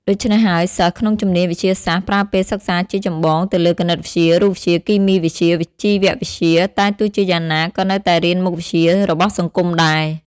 ដូច្នេះហើយសិស្សក្នុងជំនាញវិទ្យាសាស្ត្រប្រើពេលសិក្សាជាចម្បងទៅលើគណិតវិទ្យា រូបវិទ្យា គីមីវិទ្យា ជីវវិទ្យា តែទោះជាយ៉ាងណាក៏នៅតែរៀនមុខវិជា្ជរបស់សង្គមដែរ ។